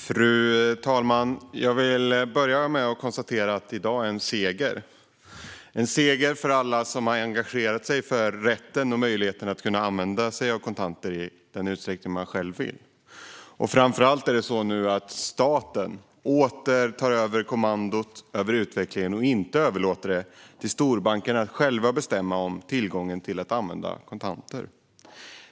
Fru talman! Jag vill börja med att konstatera att en seger vinns i dag. Det är en seger för alla som har engagerat sig för rätten och möjligheten att använda sig av kontanter i den utsträckning man själv vill. Framför allt är det nu så att staten åter tar kommandot över utvecklingen och inte överlåter till storbankerna att själva bestämma om tillgången till användning av kontanter.